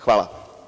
Hvala.